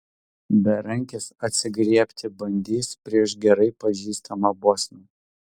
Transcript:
berankis atsigriebti bandys prieš gerai pažįstamą bosnį